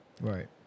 Right